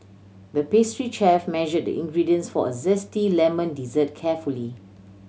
the pastry chef measured the ingredients for a zesty lemon dessert carefully